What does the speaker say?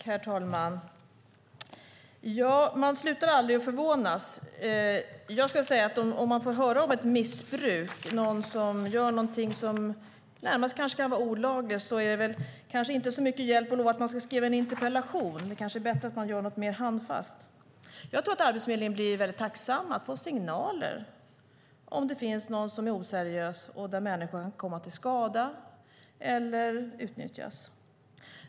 Herr talman! Man slutar aldrig att förvånas. Jag ska säga att om man får höra om ett missbruk, någon som gör någonting som närmast kan vara olagligt, är det kanske inte så mycket hjälp att lova att man ska skriva en interpellation. Det kanske är bättre att man gör något mer handfast. Jag tror att Arbetsförmedlingen blir väldigt tacksam över att få signaler om det finns någon som är oseriös och där människor kan komma till skada eller utnyttjas.